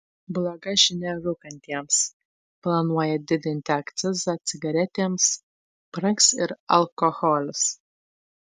bloga žinia rūkantiems planuoja didinti akcizą cigaretėms brangs ir alkoholis